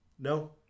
No